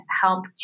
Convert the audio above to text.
help